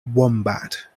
wombat